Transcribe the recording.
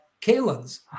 Kalins